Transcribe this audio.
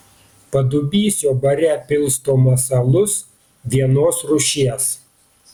padubysio bare pilstomas alus vienos rūšies